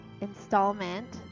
installment